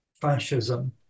fascism